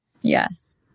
Yes